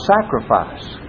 sacrifice